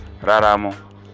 Raramo